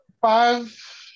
five